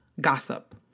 gossip